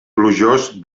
plujós